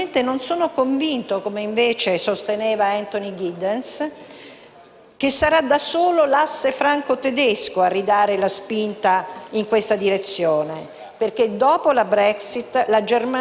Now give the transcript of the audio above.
che sarà da solo l'asse franco-tedesco a ridare la spinta in questa direzione, perché dopo la Brexit la Germania in un rapporto uno a uno con la Francia è ancora troppo più forte e